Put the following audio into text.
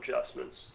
adjustments